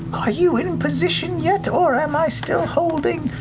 are you in position yet, or am i still holding?